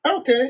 Okay